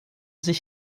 sich